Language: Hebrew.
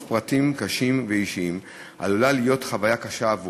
פרטים קשים ואישיים עלולה להיות עבורו חוויה קשה,